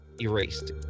erased